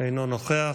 אינו נוכח.